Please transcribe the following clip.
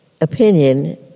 opinion